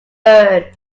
learn